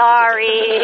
Sorry